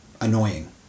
annoying